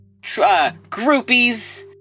groupies